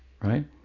right